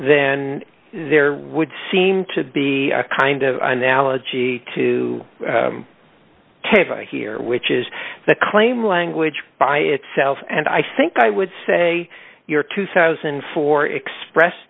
then there would seem to be a kind of analogy to table here which is the claim language by itself and i think i would say your two thousand and four express